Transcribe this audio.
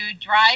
drive